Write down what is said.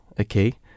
okay